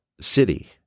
city